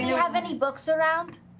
have any books around?